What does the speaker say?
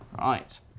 right